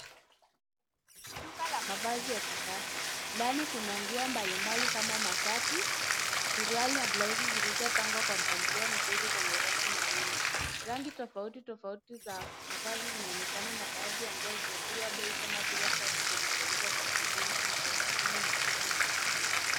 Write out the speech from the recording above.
Ni duka la mavazi ya kisasa. Ndani kuna nguo mbalimbali kama mashati, suruali na blauzi zilizopangwa kwa mpangilio mzuri kwenye rafu na wima. Rangi tofauti tofauti za mavazi zinaonekana na baadhi ya nguo zimepigwa bei kama vile shati linalouzwa kwa shilingi elfu kumi na tisa na mia tisa.